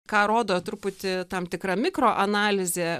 ką rodo truputį tam tikra mikroanalizė